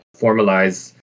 formalize